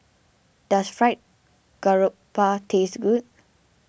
does Fried Garoupa taste good